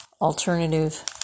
alternative